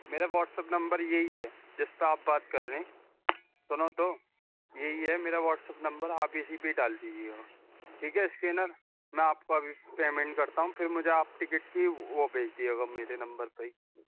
میرا WhatsApp number یہی ہے جس پہ آپ بات کر رہے ہیں سنو تو یہی ہے میرا واٹساپ نمبر آپ اسی پہ ہی ڈال دیجیے گا ٹھیک ہے اسکینر میں آپ کو ابھی پیمنٹ کرتا ہوں پھر مجھے آپ ٹکٹ کی وہ بھیج دیجیے گا میرے نمبر پہ ہی